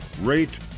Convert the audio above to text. rate